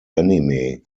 anime